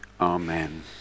amen